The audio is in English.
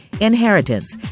Inheritance